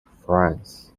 france